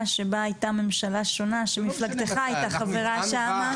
שבה הייתה ממשלה שונה שמפלגתך הייתה חברה שם,